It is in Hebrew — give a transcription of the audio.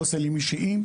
לא סלים אישיים,